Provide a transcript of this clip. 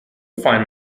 find